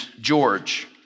George